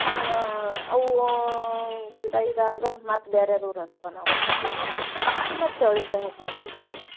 ಹಂಗ ಅವು ಗಿಡ ಇದು ಆದ್ರೆ ಮತ್ತು ಬೇರೆದು ಊರೋದಪ್ಪ ನಾವು ಬೀಜನ ಮತ್ತು ಚೌಳಿಕಾಯಿ ಹಾಕ್ಕೊಬೋದು